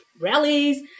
rallies